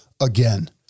again